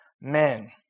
men